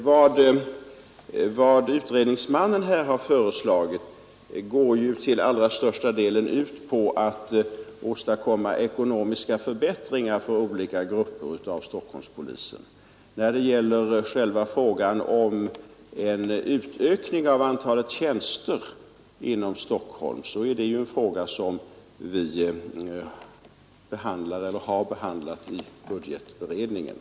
Fru talman! Vad utredningsmannen har föreslagit går till allra största delen ut på att åstadkomma ekonomiska förbättringar för olika grupper av Stockholmspolisen. Frågan om en utökning av antalet tjänster inom Stockholm är något som vi har behandlat i budgetberedningen.